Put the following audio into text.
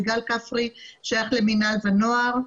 וגל כפרי שייך למינהל ונוער.